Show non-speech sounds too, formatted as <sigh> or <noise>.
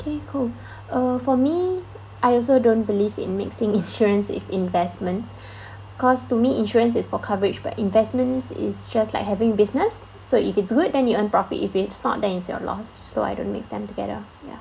okay cool <breath> uh for me I also don't believe in mixing <laughs> insurance if investments <breath> cause to me insurance is for coverage but investments is just like having business so if it's good then you earn profit if it's not then it's your loss so I don't mix them together ya